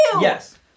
Yes